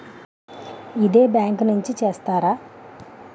ఇదే బ్యాంక్ నుంచి చేస్తారా?